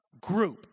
group